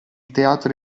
teatro